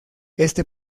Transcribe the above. este